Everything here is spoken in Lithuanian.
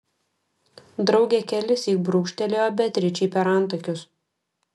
draugė kelissyk brūkštelėjo beatričei per antakius